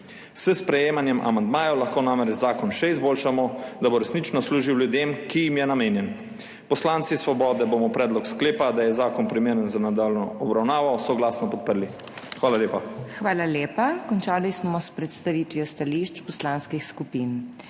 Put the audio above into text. S sprejemanjem amandmajev lahko namreč zakon še izboljšamo, da bo resnično služil ljudem, ki jim je namenjen. Poslanci Svobode bomo predlog sklepa, da je zakon primeren za nadaljnjo obravnavo, soglasno podprli. Hvala lepa. **PODPREDSEDNICA MAG. MEIRA HOT:** Hvala lepa. Končali smo s predstavitvijo stališč poslanskih skupin.